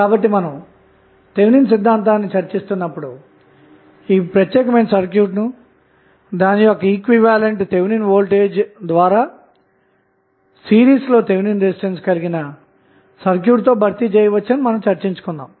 కాబట్టి మనము థెవినిన్ సిద్ధాంతాన్ని చర్చిస్తున్నప్పుడు ఈ ప్రత్యేకమైన సర్క్యూట్ను దాని యొక్క ఈక్వివలెంట్ థెవినిన్ వోల్టేజ్ ద్వారా సిరీస్లో థెవినిన్ రెసిస్టెన్స్ కలిగిన సర్క్యూట్ తో తో భర్తీ చేయవచ్చని చర్చించాము